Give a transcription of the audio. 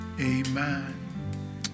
Amen